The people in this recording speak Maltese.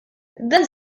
dan